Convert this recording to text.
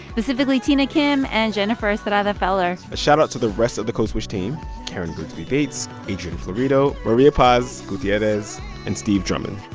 specifically tina kim and jennifer estrada-feller and shout out to the rest of the code switch team karen grigsby bates, adrian florido, maria paz gutierrez and steve drummond.